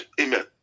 amen